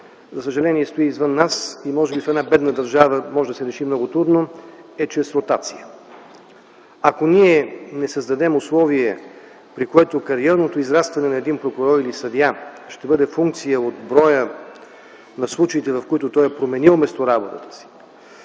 за съжаление стои извън нас, и може би в една бедна държава може да се реши много трудно, е чрез ротация. Ако ние не създадем условие, при което кариерното израстване на един прокурор или съдия ще бъде функция от броя на случаите, в които той е променил местоработата си,